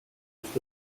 its